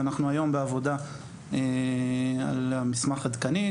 ואנחנו היום בעבודה על מסמך עדכני.